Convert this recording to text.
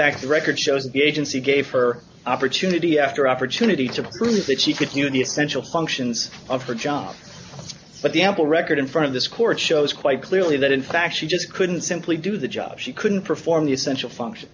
fact the record shows that the agency gave her opportunity after opportunity to prove that she could be essential functions of her job but the ample record in front of this court shows quite clearly that in fact she just couldn't simply do the job she couldn't perform the essential function